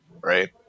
right